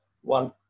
one